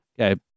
okay